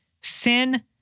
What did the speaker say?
sin